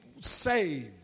saved